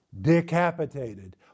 decapitated